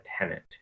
tenant